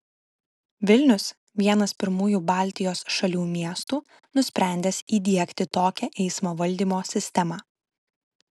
vilnius vienas pirmųjų baltijos šalių miestų nusprendęs įdiegti tokią eismo valdymo sistemą